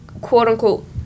quote-unquote